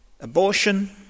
abortion